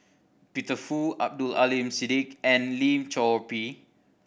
Peter Fu Abdul Aleem Siddique and Lim Chor Pee